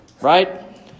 right